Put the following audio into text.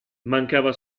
mancava